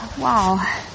wow